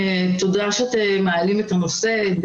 תודה שאתם מעלים את הנושא,